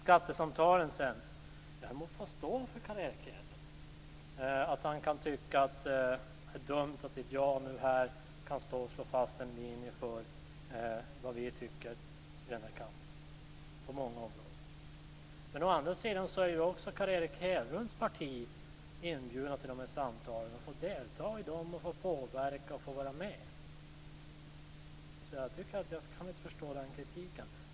Jag tror nämligen mera på den modellen. Sedan gäller det skattesamtalen. Att Carl Erik Hedlund kan tycka att det är dumt att jag inte här kan slå fast en linje för vad vi socialdemokrater på många områden tycker i denna kammare är något som må stå för honom. Å andra sidan är Carl Erik Hedlunds parti också inbjudet till skattesamtalen. Ni får ju delta i dem och därmed påverka och vara med. Därför kan jag inte förstå kritiken på den punkten.